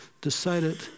decided